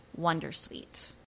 wondersuite